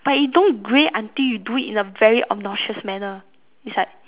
but you don't grey until you do it in a very obnoxious manner it's like